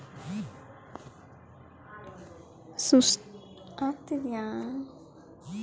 ಸುಸ್ಥಿರ ಕೃಷಿ ಮಣ್ಣಿನ ಆಯಸ್ಸನ್ನು ಹೆಚ್ಚಿಸಿ ಪ್ರಕೃತಿ ಮತ್ತು ಮನುಷ್ಯರ ಇಬ್ಬರ ಆರೋಗ್ಯವನ್ನು ಉತ್ತಮಗೊಳಿಸುತ್ತದೆ